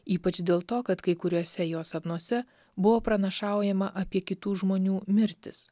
ypač dėl to kad kai kuriuose jo sapnuose buvo pranašaujama apie kitų žmonių mirtis